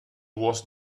was